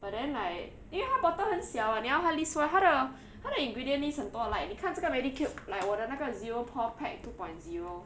but then like 因为它 bottle 很小 [what] 你要他 list 出它的它的 ingredient list 很多 like 你看这个 Medicube like 我的那个 zero pore pack two point zero